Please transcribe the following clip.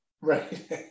Right